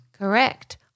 Correct